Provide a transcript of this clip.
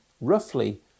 roughly